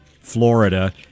Florida